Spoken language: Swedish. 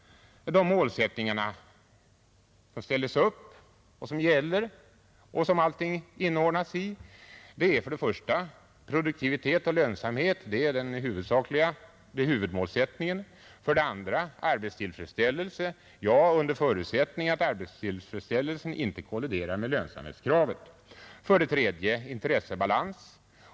De målsättningar som ställdes upp, som gäller och som allt inordnas under är följande. Den första och huvudsakliga målsättningen är produktivitet och lönsamhet. Den andra målsättningen är arbetstillfredsställelse — under förutsättning att arbetstillfredsställelsen inte kolliderar med lönsamhetskravet. Den tredje målsättningen är intressebalans.